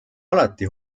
alati